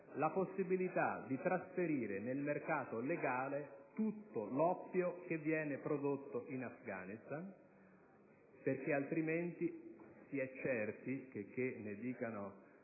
la possibilità di trasferire nel mercato legale tutto l'oppio che viene prodotto in Afghanistan; altrimenti si è certi (checché ne dicano